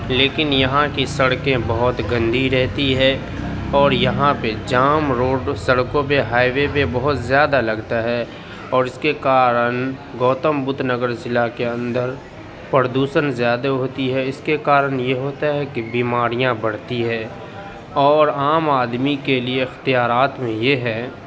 لیکن یہاں کی سڑکیں بہت گندی رہتی ہے اور یہاں پہ جام روڈ سڑکوں پہ ہائی وے پہ بہت زیادہ لگتا ہے اور اس کے کارن گوتم بدھ نگر ضلع کے اندر پردوشن زیادہ ہوتی ہے اس کے کارن یہ ہوتا ہے کہ بیماریاں بڑھتی ہے اور عام آدمی کے لیے اختیارات میں یہ ہے